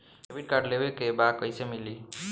Debit card लेवे के बा कईसे मिली?